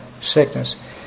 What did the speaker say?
Sickness